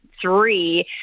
three